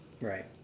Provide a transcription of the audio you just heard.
Right